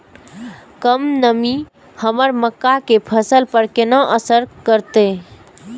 कम नमी हमर मक्का के फसल पर केना असर करतय?